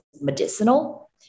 medicinal